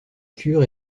cure